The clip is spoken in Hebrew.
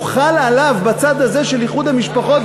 הוא חל עליו בצד הזה של איחוד המשפחות